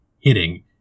hitting